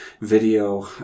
video